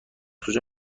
کجا